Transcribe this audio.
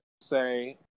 say